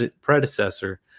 predecessor